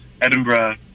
Edinburgh